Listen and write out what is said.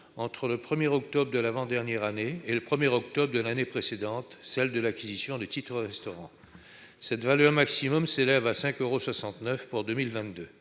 entre le 1 octobre de l'avant-dernière année et le 1 octobre de l'année précédant celle de l'acquisition des titres-restaurant. Cette valeur maximum s'élève à 5,69 euros pour 2022.